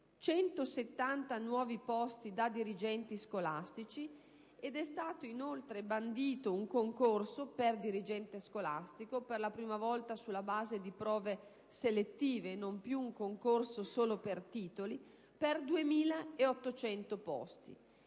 170 nuovi posti di dirigente scolastico, ed è stato inoltre bandito un concorso per dirigente scolastico (per la prima volta sulla base di prove selettive e non più soltanto con concorso per titoli) per 2.800 posti.